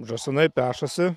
žąsinai pešasi